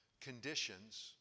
conditions